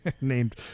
named